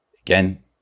again